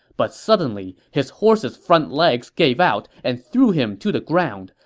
but suddenly, his horse's front legs gave out and threw him to the ground.